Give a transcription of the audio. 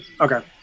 Okay